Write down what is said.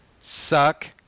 suck